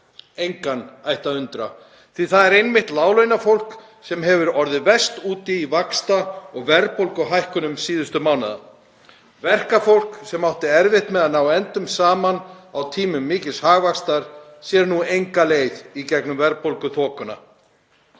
Engan ætti að undra því það er einmitt láglaunafólk sem hefur orðið verst úti í vaxta- og verðbólguhækkunum síðustu mánaða. Verkafólk sem átti erfitt með að ná endum saman á tímum mikils hagvaxtar sér nú enga leið í gegnum verðbólguþokuna.